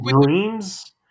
dreams